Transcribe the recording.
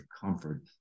comfort